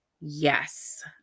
Yes